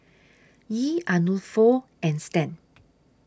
Yee Arnulfo and Stan